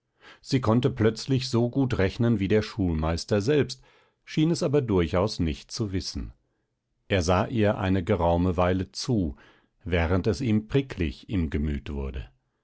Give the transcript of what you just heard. sie konnte plötzlich so gut rechnen wie der schulmeister selbst schien es aber durchaus nicht zu wissen er sah ihr eine geraume weile zu während es ihm pricklig im gemüt wurde